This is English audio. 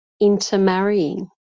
intermarrying